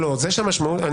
אני